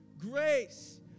Grace